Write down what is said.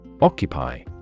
Occupy